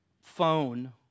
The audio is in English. phone